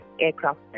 aircraft